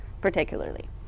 particularly